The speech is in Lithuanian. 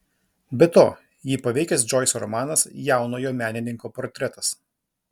be to jį paveikęs džoiso romanas jaunojo menininko portretas